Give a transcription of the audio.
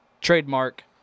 Trademark